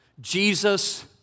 Jesus